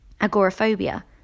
Agoraphobia